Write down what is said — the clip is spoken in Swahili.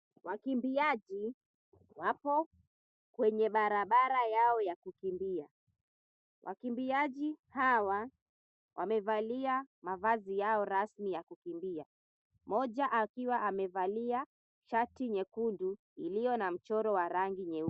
Wakimbiaji, wapo kwenye barabara yao ya kukimbia. Wakimbiaji hawa, wamevali mavazi yao rasmi ya kukimbia. Moja akiwa amevalia shati nyekundu iliyo na mchoro wa rangi nyeupe.